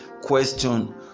question